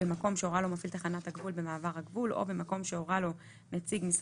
במקום שהורה לו מפעיל תחנת הגבול במעבר הגבול או במקום שהורה